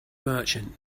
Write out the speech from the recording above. merchant